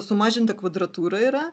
sumažinta kvadratūra yra